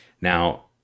Now